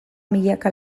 milaka